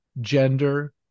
gender